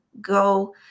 Go